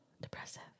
depressive